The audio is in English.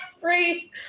Free